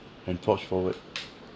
and torch forward